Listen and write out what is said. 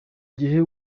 gihe